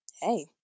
hey